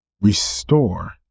restore